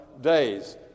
days